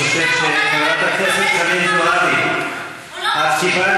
תקשיב לנו, חברת הכנסת חנין זועבי, הוא לא מקשיב.